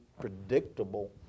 predictable